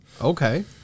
Okay